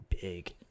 big